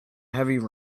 heavy